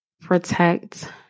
protect